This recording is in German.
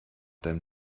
deinem